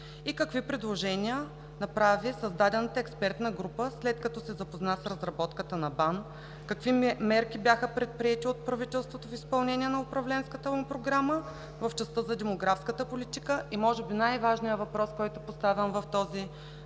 какви предложения направи създадената експертна група, след като се запозна с разработката на БАН; какви мерки бяха предприети от правителството в изпълнение на управленската му програма в частта за демографската политика; и може би най-важният въпрос, който поставям в това питане